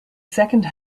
second